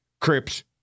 Crips